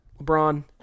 LeBron